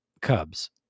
cubs